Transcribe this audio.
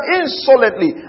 insolently